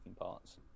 parts